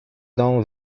dom